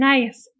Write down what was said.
Nice